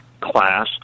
class